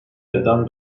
elden